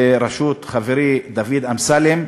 בראשות חברי דוד אמסלם,